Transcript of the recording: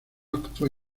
actúa